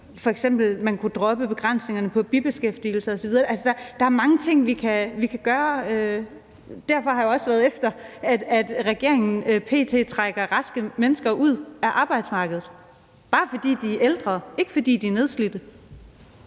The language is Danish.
f.eks. kunne droppe begrænsningerne på bibeskæftigelser osv. Der er mange ting, vi kan gøre. Derfor har jeg jo også været efter regeringen, fordi den p.t. trækker raske mennesker ud af arbejdsmarkedet, bare fordi de er ældre, ikke fordi de er nedslidte.